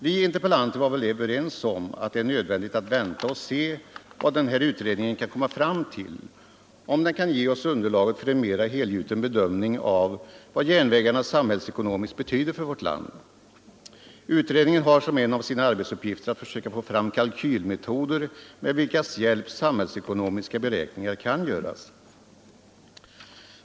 Vi interpellanter var väl överens om att det är nödvändigt att vänta och se vad denna utredning kan komma fram till — om den kan ge oss underlaget för en mera helgjuten bedömning av vad järnvägarna samhällsekonomiskt betyder för vårt land. Utredningen har som en av sina arbetsuppgifter att försöka få fram kalkylmetoder med vilkas hjälp samhällsekonomiska beräkningar kan göras.